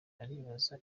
aribaza